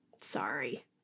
sorry